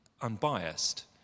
unbiased